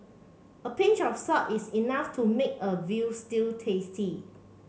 a pinch of salt is enough to make a veal stew tasty